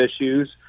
issues